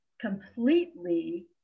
completely